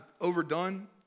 overdone